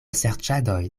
serĉadoj